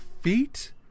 feet